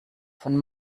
von